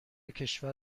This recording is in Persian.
کشور